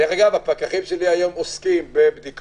דרך אגב, הפקחים שלי היום עוסקים בבדיקות